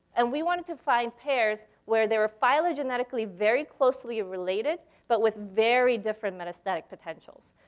and we wanted to find pairs where they were phylogenetically very closely related, but with very different metastatic potentials.